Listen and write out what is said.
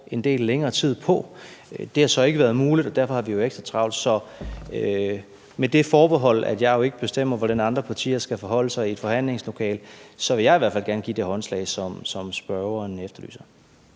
en del længere tid på. Det har så ikke været muligt, og derfor har vi ekstra travlt. Så med det forbehold, at jeg jo ikke bestemmer, hvordan andre partier skal forholde sig i forhandlingslokalet, så vil jeg i hvert fald gerne give det håndslag, som spørgeren efterspørger.